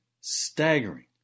staggering